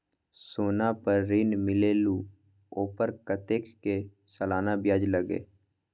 सोना पर ऋण मिलेलु ओपर कतेक के सालाना ब्याज लगे?